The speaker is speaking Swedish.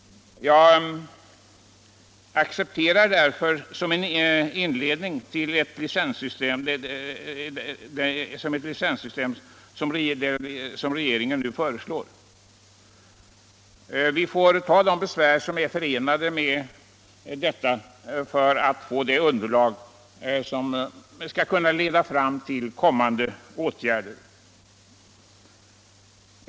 Jag accepterar därför som en inledning det licenssystem som regeringen nu föreslår. Vi får ta de besvär som är förenade med detta för att skapa ett underlag för kommande åtgärder.